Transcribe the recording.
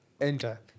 enter